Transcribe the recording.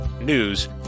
news